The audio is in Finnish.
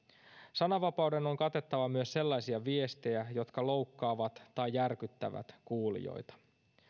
sananvapauden on katettava myös sellaisia viestejä jotka loukkaavat tai järkyttävät kuulijoita